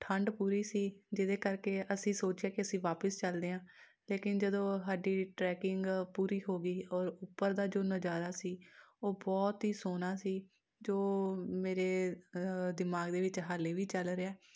ਠੰਢ ਪੂਰੀ ਸੀ ਜਿਹਦੇ ਕਰਕੇ ਅਸੀਂ ਸੋਚਿਆ ਕਿ ਅਸੀਂ ਵਾਪਿਸ ਚੱਲਦੇ ਹਾਂ ਲੇਕਿਨ ਜਦੋਂ ਸਾਡੀ ਟਰੈਕਿੰਗ ਪੂਰੀ ਹੋ ਗਈ ਔਰ ਉੱਪਰ ਦਾ ਜੋ ਨਜਾਰਾ ਸੀ ਉਹ ਬਹੁਤ ਹੀ ਸੋਹਣਾ ਸੀ ਜੋ ਮੇਰੇ ਦਿਮਾਗ ਦੇ ਵਿੱਚ ਹਾਲੇ ਵੀ ਚੱਲ ਰਿਹਾ